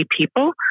people